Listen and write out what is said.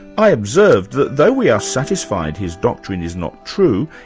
i observed, that though we are satisfied his doctrine is not true,